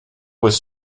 was